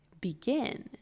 begin